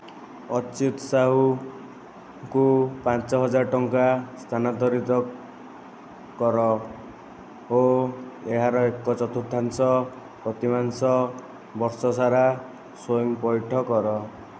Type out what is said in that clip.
ଅଚ୍ୟୁତ ସାହୁଙ୍କୁ ପାଞ୍ଚହଜାର ଟଙ୍କା ସ୍ଥାନାନ୍ତରିତ କର ଓ ଏହାର ଏକ ଚତୁର୍ଥାଂଶ ପ୍ରତିମାସ ବର୍ଷ ସାରା ସ୍ଵୟଂ ପଇଠ କର